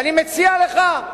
ואני מציע לך,